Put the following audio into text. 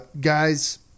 Guys